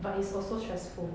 but it's also stressful